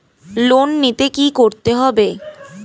Loan নিতে কী করতে হবে?